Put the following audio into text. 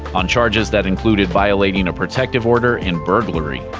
on charges that included violating a protective order and burglary.